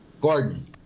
Gordon